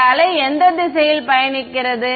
இந்த அலை எந்த திசையில் பயணிக்கிறது